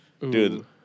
Dude